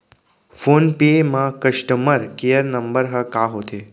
Phone पे म customer care number ह का होथे?